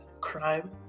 crime